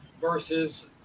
versus